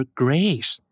grace